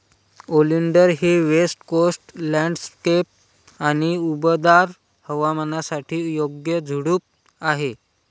oleander हे west coast landscape आणि उबदार हवामानासाठी योग्य झुडूप आहे